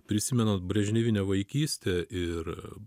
prisimenant brežnevinę vaikystę ir